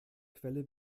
quelle